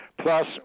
Plus